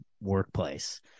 workplace